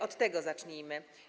Od tego zacznijmy.